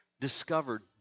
discovered